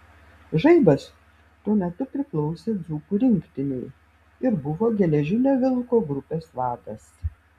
žaibas tuo metu priklausė dzūkų rinktinei ir buvo geležinio vilko grupės vadas